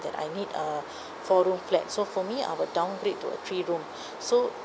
that I need a four room flat so for me I will downgrade to a three room so